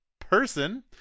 person